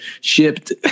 shipped